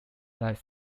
lies